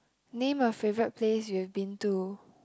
name a favourite place you've been to